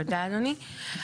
תודה אדוני.